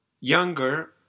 younger